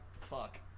Fuck